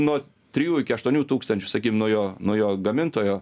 nuo trijų iki aštuonių tūkstančių sakym nuo jo nuo jo gamintojo